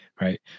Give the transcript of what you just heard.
Right